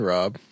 Rob